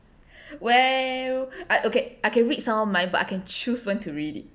well I okay I can read someone mind but I can choose when to read it